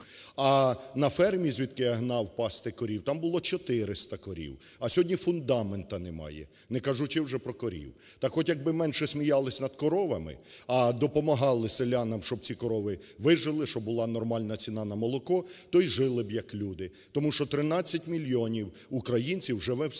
А на фермі, звідки я гнав пасти корів, там було 400 корів. А сьогодні фундаменту немає, не кажучи вже про корів. Так от якби менше сміялись над коровами, а допомагали селянам, щоб ці корови вижили, щоб була нормальна ціна на молоко, то і жили б як люди. Тому що 13 мільйонів українців живе в селах,